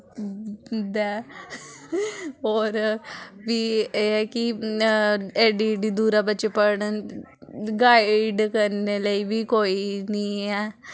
दे होर बी एह् ऐ कि एह्ड्डी एह्ड्डी दूरा बच्चें पढ़न गाईड करने लेई बी कोई निं ऐ